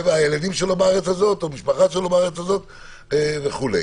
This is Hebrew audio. והמשפחה שלו בארץ וכו'.